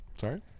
Sorry